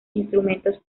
instrumentos